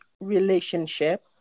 relationship